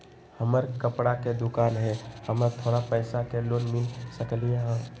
हमर कपड़ा के दुकान है हमरा थोड़ा पैसा के लोन मिल सकलई ह?